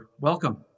welcome